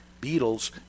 Beatles